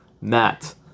Matt